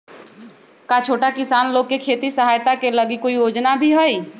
का छोटा किसान लोग के खेती सहायता के लगी कोई योजना भी हई?